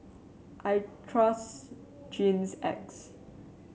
I trust Hygin X